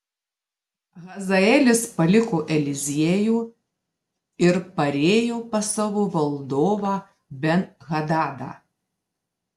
hazaelis paliko eliziejų ir parėjo pas savo valdovą ben hadadą